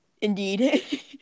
Indeed